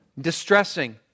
Distressing